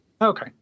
okay